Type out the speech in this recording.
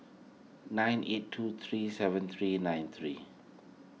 nine eight two three seven three nine three